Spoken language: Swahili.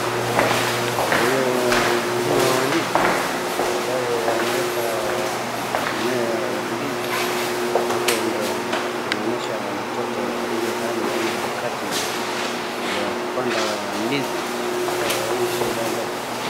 Huyu mkulima wa ndizi ambaye ameweka mimea ya ndizi, hapo ndio anaonesha watoto ile hali ama harakati ya kupanda ndizi katika hii shamba ndogo.